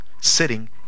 sitting